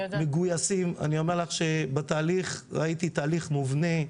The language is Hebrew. ראיתי תהליך מובנה,